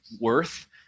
worth